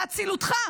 באצילותך,